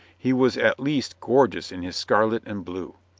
he was at least gorgeous in his scarlet and blue.